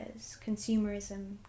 consumerism